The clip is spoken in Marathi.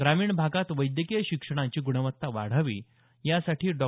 ग्रामीण भागात वैद्यकीय शिक्षणाची गुणवत्ता वाढावी यासाठी डॉ